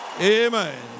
Amen